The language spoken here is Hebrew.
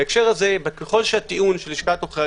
בהקשר הזה ככל שהטיעון של לשכת עורכי